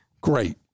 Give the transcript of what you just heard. Great